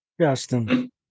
Justin